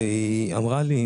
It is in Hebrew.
אחותי אמרה לי